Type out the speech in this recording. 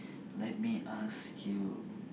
let me ask you